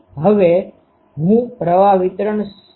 હવે હું પ્રવાહ વિતરણ જાણું છું